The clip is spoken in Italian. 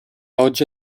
oggi